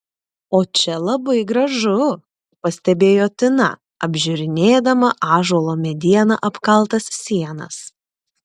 o čia labai gražu pastebėjo tina apžiūrinėdama ąžuolo mediena apkaltas sienas